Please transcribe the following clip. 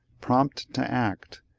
prompt to act,